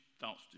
thoughts